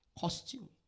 Costume